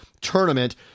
tournament